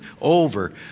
over